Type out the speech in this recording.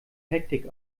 hektik